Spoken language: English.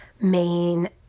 main